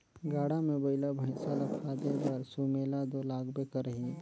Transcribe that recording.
गाड़ा मे बइला भइसा ल फादे बर सुमेला दो लागबे करही